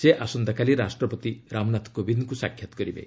ସେ ଆସନ୍ତାକାଲି ରାଷ୍ଟ୍ରପତି ରାମନାଥ କୋବିନ୍ଦଙ୍କୁ ସାକ୍ଷାତ କରିବେ